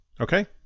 Okay